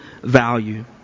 value